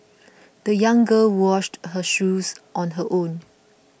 the young girl washed her shoes on her own